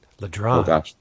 Ladron